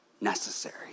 necessary